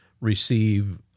receive